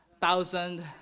thousand